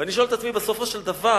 ואני שואל את עצמי: בסופו של דבר,